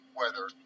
weather